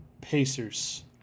Pacers